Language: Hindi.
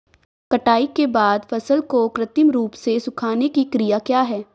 कटाई के बाद फसल को कृत्रिम रूप से सुखाने की क्रिया क्या है?